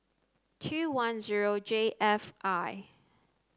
two one zero J F I